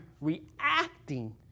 reacting